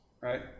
right